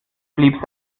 blieb